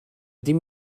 dim